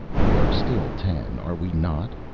we are still ten, are we not?